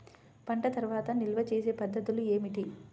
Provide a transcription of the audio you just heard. పంట తర్వాత నిల్వ చేసే పద్ధతులు ఏమిటి?